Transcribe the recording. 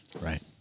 Right